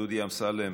דודי אמסלם